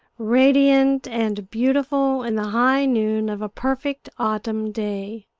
radiant and beautiful in the high noon of a perfect autumn day.